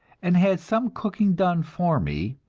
and had some cooking done for me,